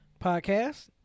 Podcast